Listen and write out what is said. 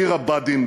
עיר הבה"דים,